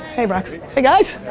hey rox. hey guys,